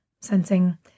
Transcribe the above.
sensing